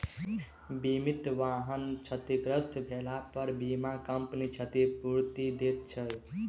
बीमित वाहन क्षतिग्रस्त भेलापर बीमा कम्पनी क्षतिपूर्ति दैत छै